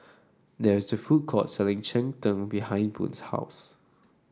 there is a food court selling Cheng Tng behind Boone's house